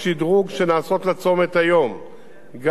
גם על מנת ליצור עוד מסלולי יציאה וכניסה,